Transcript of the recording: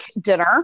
dinner